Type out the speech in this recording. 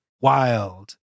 wild